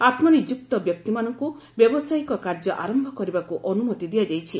ଆତ୍ମନିଯୁକ୍ତ ବ୍ୟକ୍ତିମାନଙ୍କୁ ବ୍ୟବସାୟୀକ କାର୍ଯ୍ୟ ଆରମ୍ଭ କରିବାକୁ ଅନୁମତି ଦିଆଯାଇଛି